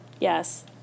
Yes